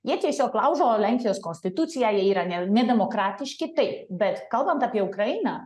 jie tiesiog laužo lenkijos konstituciją jie yra ne nedemokratiški taip bet kalbant apie ukrainą